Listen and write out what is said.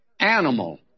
animal